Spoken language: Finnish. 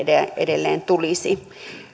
edelleen